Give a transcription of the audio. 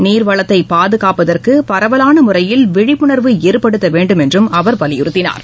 நீர் வளத்தை பாதுகாப்பதற்கு பரவலான முறையில் விழிப்புணர்வு ஏற்படுத்த வேண்டும் என்று அவர் வலியுறுத்தினார்